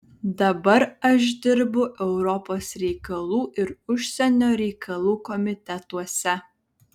dabar aš dirbu europos reikalų ir užsienio reikalų komitetuose